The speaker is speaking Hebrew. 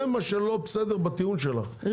זה מה שלא בסדר בטיעון שלך,